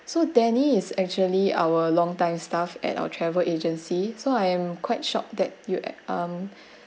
so danny is actually our long time staff at our travel agency so I'm quite shocked that you eh um